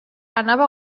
anava